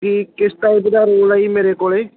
ਵੀ ਕਿਸ ਟਾਈਪ ਦਾ ਰੋਲ ਹੈ ਜੀ ਮੇਰੇ ਕੋਲ